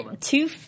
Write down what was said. two